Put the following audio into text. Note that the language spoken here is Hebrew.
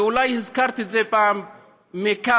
ואולי הזכרתי את זה פעם כאן,